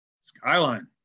skyline